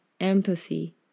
empathy